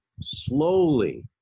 slowly